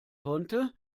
konnte